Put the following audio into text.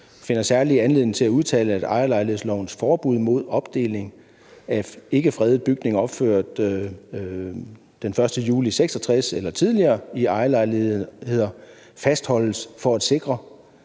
finder særlig anledning til at udtale, at ejerlejlighedslovens forbud mod opdeling af ikkefredede bygninger opført den 1. juli 1966 eller tidligere i ejerlejligheder fastholdes for at sikre